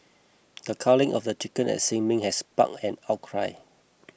the culling of the chickens at Sin Ming had sparked an outcry